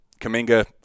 Kaminga